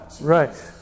right